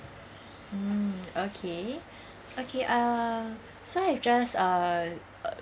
mm okay okay uh so I've just uh